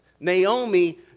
Naomi